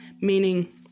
Meaning